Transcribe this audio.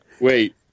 Wait